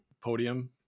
podium